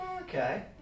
Okay